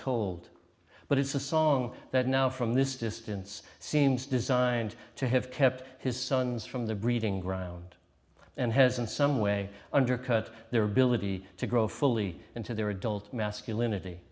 told but it's a song that now from this distance seems designed to have kept his sons from the breeding ground and has in some way undercut their ability to grow fully into their adult masculin